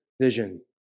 vision